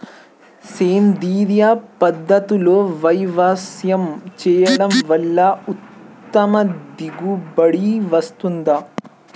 సేంద్రీయ పద్ధతుల్లో వ్యవసాయం చేయడం వల్ల ఉత్తమ దిగుబడి వస్తుందా?